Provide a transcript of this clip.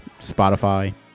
Spotify